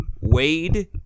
Wade